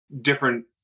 Different